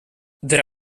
there